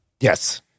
Yes